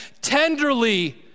tenderly